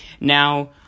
Now